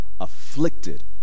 afflicted